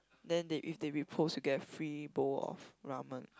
then they if they repose you get a free bowl of ramen